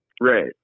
right